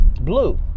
Blue